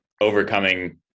overcoming